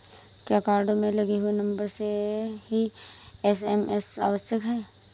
क्या कार्ड में लगे हुए नंबर से ही एस.एम.एस आवश्यक है?